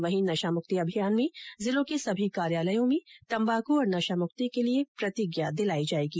वहीं नशामुक्ति अभियान में जिलों के सभी कार्यालयों में तंबाकू और नशामुक्ति के लिये प्रतिज्ञा दिलाई जायेगी